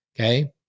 okay